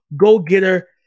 go-getter